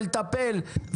לטפל,